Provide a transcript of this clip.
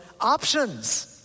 options